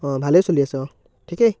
অ' ভালেই চলি আছে অ' ঠিকেই